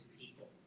people